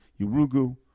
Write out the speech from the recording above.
Urugu